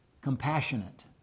compassionate